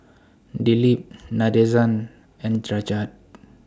Dilip Nadesan and